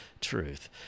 truth